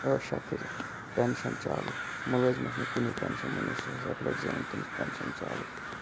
عٲشا کٔرِکھ پٮ۪نٛشَن چالوٗ مُلٲزِمَس نہٕ کُنی پٮ۪نٛشَن مٕنِسٹَرَس اَکہِ لَٹہِ زینُن تٔمِس پٮ۪نٛشَن چالوٗ